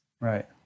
right